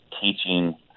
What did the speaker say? teaching